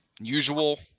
usual